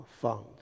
funds